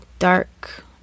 Dark